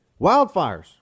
Wildfires